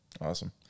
Awesome